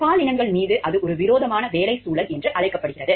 பாலினங்கள் மீது அது ஒரு விரோதமான வேலை சூழல் என்று அழைக்கப்படுகிறது